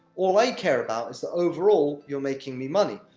all i care about is that, overall, you're making me money.